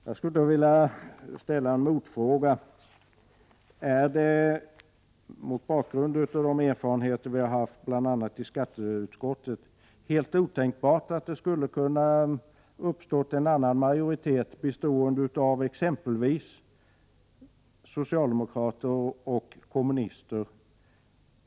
Jag skulle vilja ställa några motfrågor: Är det, mot bakgrund av de erfarenheter som vi har haft i bl.a. skatteutskottet, helt otänkbart att det skulle ha kunnat uppstå en annan majoritet, bestående av exempelvis socialdemokrater och kommunister?